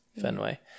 Fenway